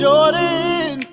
Jordan